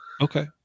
Okay